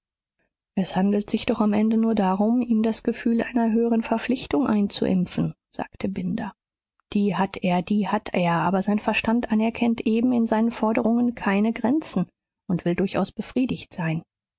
es handelt sich doch am ende nur darum ihm das gefühl einer höheren verpflichtung einzuimpfen sagte binder die hat er die hat er aber sein verstand anerkennt eben in seinen forderungen keine grenzen und will durchaus befriedigt sein